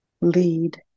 lead